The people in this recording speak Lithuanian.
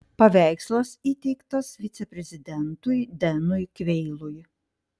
paveikslas įteiktas viceprezidentui denui kveilui